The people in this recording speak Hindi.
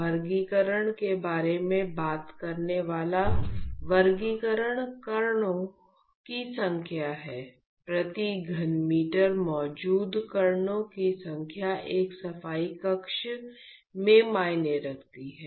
वर्गीकरण के बारे में बात करने वाला वर्गीकरण कणों की संख्या है प्रति घन मीटर मौजूद कणों की संख्या एक सफाई कक्ष में मायने रखती है